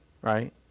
right